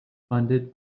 funded